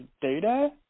Data